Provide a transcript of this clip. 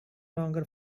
longer